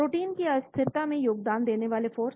protein की अस्थिरता में योगदान देने वाले फोर्स